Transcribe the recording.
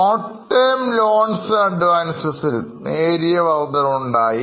Short term loans and advances ൽ നേരിയ വർധന ഉണ്ടായി